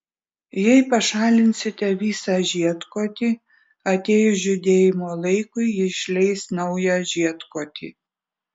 jei pašalinsite visą žiedkotį atėjus žydėjimo laikui ji išleis naują žiedkotį